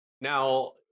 Now